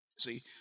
See